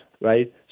right